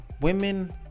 Women